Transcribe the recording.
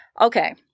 Okay